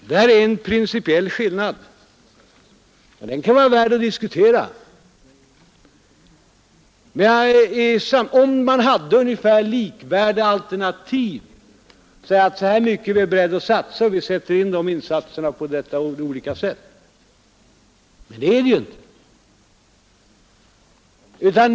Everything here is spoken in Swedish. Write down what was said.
Det här är en principiell skillnad och den kunde vara värd att diskutera om man hade ungefär likvärdiga alternativ och sade: Så här mycket är vi beredda att satsa och vi vill sätta in de insatserna på det och det sättet. Men så är det inte.